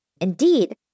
Indeed